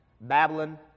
Babylon